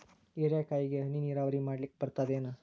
ಹೀರೆಕಾಯಿಗೆ ಹನಿ ನೀರಾವರಿ ಮಾಡ್ಲಿಕ್ ಬರ್ತದ ಏನು?